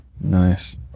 Nice